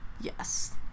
Yes